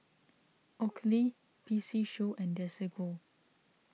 Oakley P C Show and Desigual